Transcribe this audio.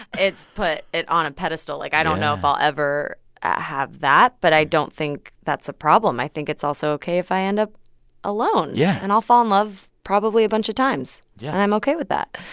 it's put it on a pedestal yeah like, i don't know if i'll ever have that. but i don't think that's a problem. i think it's also ok if i end up alone yeah and i'll fall in love probably a bunch of times, yeah and i'm ok with that